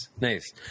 Nice